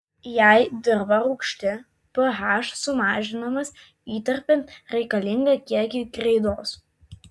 jei dirva rūgšti ph sumažinamas įterpiant reikalingą kiekį kreidos